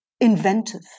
inventive